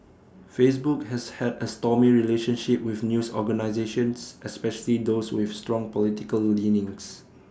Facebook has had A stormy relationship with news organisations especially those with strong political leanings